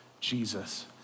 Jesus